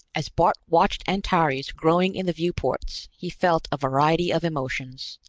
as bart watched antares growing in the viewports, he felt a variety of emotions.